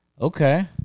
Okay